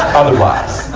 otherwise.